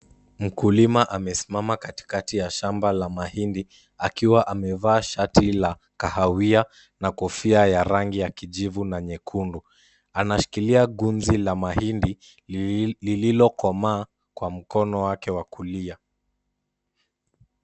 Mkulima amesimama katikati ya shamba la mahindi, akiwa amevaa shati la kahawia na kofia ya rangi ya kijivu na nyekundu. Anashikilia gunzi la mahindi lililokomaa kwa mkono wake wa kulia.